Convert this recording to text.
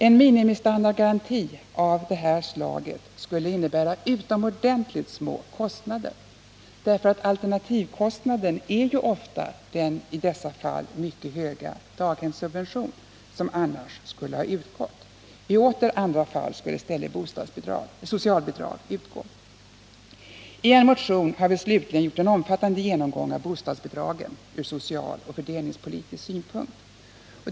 En minimistandardgaranti av det här slaget skulle innebära utomordentligt små kostnader, eftersom alternativkostnaden ju ofta är den i dessa fall mycket höga daghemssubventionen som annars skulle ha utgått. I åter andra fall skulle i stället socialbidrag utgå. I en motion har vi slutligen gjort en omfattande genomgång av bostadsbidragen från socialoch fördelningspolitisk synpunkt.